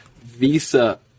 Visa